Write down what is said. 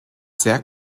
sehr